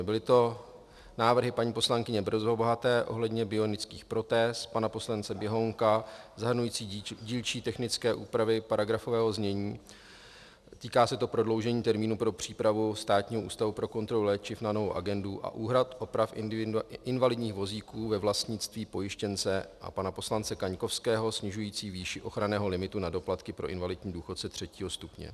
Byly to návrhy paní poslankyně Brzobohaté ohledně bionických protéz, pana poslance Běhounka zahrnující dílčí technické úpravy paragrafového znění, týká se to prodloužení termínu pro přípravu Státního ústavu pro kontrolu léčiv na novou agendu a úhrad, oprav invalidních vozíků ve vlastnictví pojištěnce, a pana poslance Kaňkovského snižující výši ochranného limitu na doplatky pro invalidní důchodce třetího stupně.